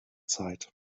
zeit